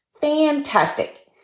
Fantastic